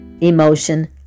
emotion